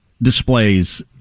displays